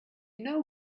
know